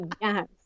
Yes